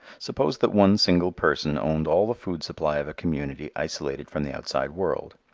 suppose that one single person owned all the food supply of a community isolated from the outside world.